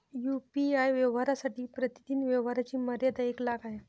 UPI व्यवहारांसाठी प्रतिदिन व्यवहारांची मर्यादा एक लाख आहे